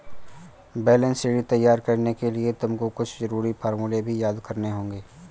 balance sheet तैयार करने के लिए तुमको कुछ जरूरी फॉर्मूले भी याद करने होंगे